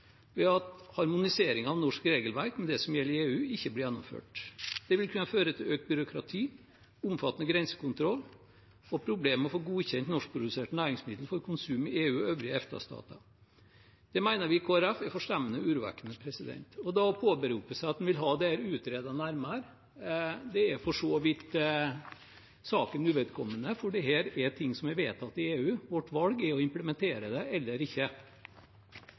ved at harmoniseringen av norsk regelverk med det som gjelder i EU, ikke hadde blitt gjennomført. Det ville kunne ført til økt byråkrati, en omfattende grensekontroll og problemer med å få godkjent norskproduserte næringsmidler for konsum i EU og øvrige EFTA-stater. Det mener vi i Kristelig Folkeparti er forstemmende og urovekkende. Da å påberope seg at en vil hadde dette nærmere utredet, er for så vidt saken uvedkommende, for dette er noe som er vedtatt i EU. Vårt valg er å implementere det eller ikke.